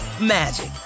magic